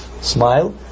smile